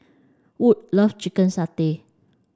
wood loves chicken satay